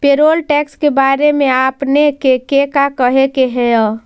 Payroll tax के बारे में आपने के का कहे के हेअ?